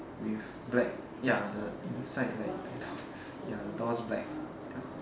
with black ya the inside like the door ya door's black ya